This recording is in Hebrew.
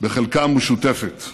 בחלקה משותפת.